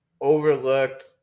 overlooked